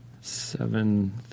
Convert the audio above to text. Seven